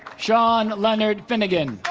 sean leonard finnigan